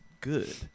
good